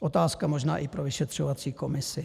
Otázka možná i pro vyšetřovací komisi.